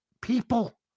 people